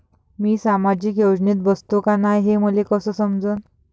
मी सामाजिक योजनेत बसतो का नाय, हे मले कस समजन?